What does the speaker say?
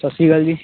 ਸਤਿ ਸ਼੍ਰੀ ਅਕਾਲ ਜੀ